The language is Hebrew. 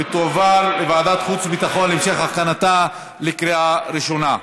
ותועבר לוועדת חוץ וביטחון להמשך הכנתה לקריאה ראשונה.